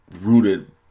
rooted